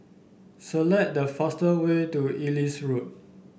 select the fastest way to Ellis Road